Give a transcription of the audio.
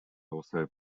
also